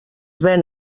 ven